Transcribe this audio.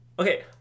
okay